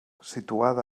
situada